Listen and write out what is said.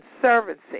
Conservancy